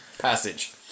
passage